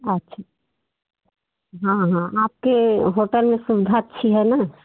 अच्छा हाँ हाँ आपके होटल में सुविधा अच्छी है ना